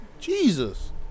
Jesus